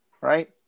Right